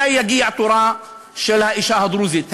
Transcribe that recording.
מתי יגיע תורה של האישה הדרוזית?